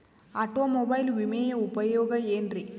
Automobile ವಿಮೆಯ ಉಪಯೋಗ ಏನ್ರೀ?